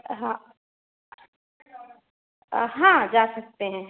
हाँ हाँ जा सकते हैं